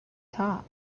top